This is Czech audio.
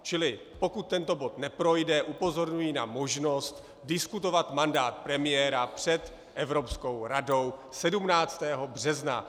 Čili pokud tento bod neprojde, upozorňuji na možnost diskutovat mandát premiéra před Evropskou radou 17. března.